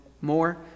more